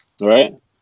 Right